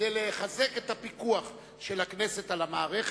כדי לחזק את הפיקוח של הכנסת על המערכת,